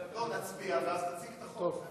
נצביע ואז תציג את החוק.